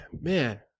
Man